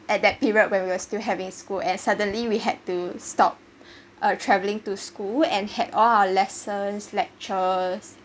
at that period when we were still having school and suddenly we had to stop uh travelling to school and had all our lessons lectures